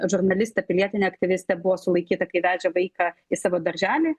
žurnalistė pilietinė aktyvistė buvo sulaikyta kai vežė vaiką į savo darželį